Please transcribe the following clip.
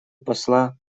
посла